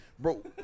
Bro